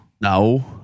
No